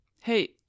Hey